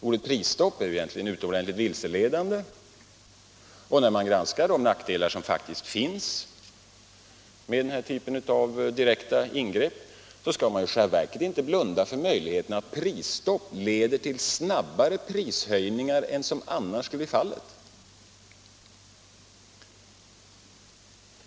Ordet ”prisstopp” är egentligen utomordentligt vilseledande, och när man granskar de nackdelar som faktiskt är förenade med denna typ av direkta ingrepp skall man i själva verket inte blunda för möjligheten att prisstopp leder till snabbare prishöjningar än vad som annars skulle bli fallet.